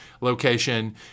location